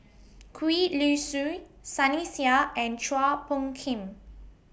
Gwee Li Sui Sunny Sia and Chua Phung Kim